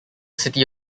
city